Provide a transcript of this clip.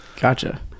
gotcha